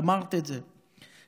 אמרת את זה,